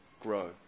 grow